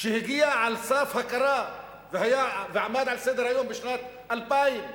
שהגיע לסף הכרה ועמד על סדר-היום בשנת 2000,